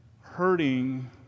hurting